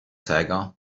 saga